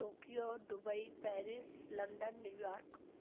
Tokyo Dubai Paris London New York